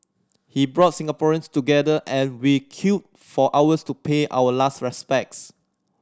he brought Singaporeans together and we queued for hours to pay our last respects